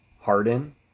Harden